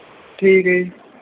ਠੀਕ ਹੈ ਜੀ